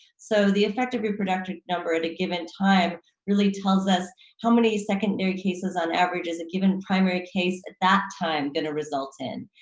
so the effective reproductive number at a given time really tells us how many secondary cases on average is a given primary case at that time gonna result in,